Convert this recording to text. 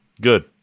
Good